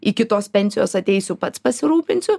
iki tos pensijos ateisiu pats pasirūpinsiu